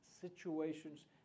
situations